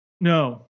No